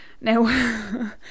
now